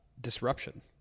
disruption